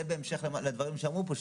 זה בהמשך לדברים שאמרו פה,